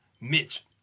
Mitch